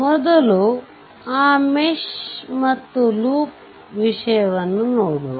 ಮೊದಲು ಆ ಮೆಶ್ ಮತ್ತು ಲೂಪ್ ವಿಷಯವನ್ನು ನೋದಡುವ